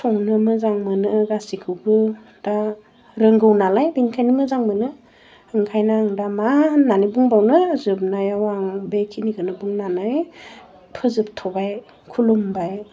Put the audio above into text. संनो मोजां मोनो गासैखौबो दा रोंगौ नालाय बेनिखायनो मोजां मोनो ओंखायनो आं दा मा होनानै बुंबावनो जोबनायाव आं बे खिनिखौनो बुंनानै फोजोबथ'बाय खुलुमबाय